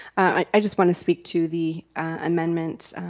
i just wanna speak to the amendment.